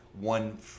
one